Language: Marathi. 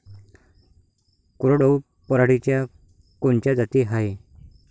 कोरडवाहू पराटीच्या कोनच्या जाती हाये?